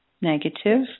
negative